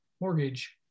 mortgage